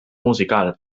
musical